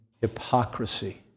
hypocrisy